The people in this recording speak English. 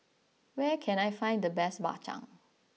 where can I find the best Bak Chang